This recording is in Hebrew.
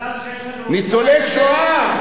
מזל שיש לנו אותך, ניצולי שואה.